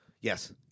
Yes